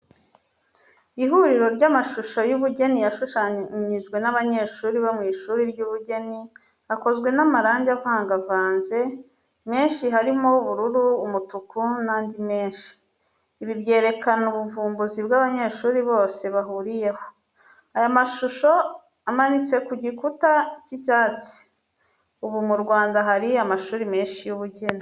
Ihuriro ry'amashusho y'ubugeni yashushanyijwe n'abanyeshuri bo mu ishuri ry'ubugeni, akozwe n'amarangi avangavanze menshi harimo ubururu, umutuku n'andi menshi. Ibi byerekana ubuvumbuzi bw'abanyeshuri bose bahuriyeho. Aya mashusho amanitse ku gikuta cy'icyatsi. Ubu mu Rwanda hari amashuri menshi y'ubugeni.